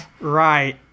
Right